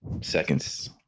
seconds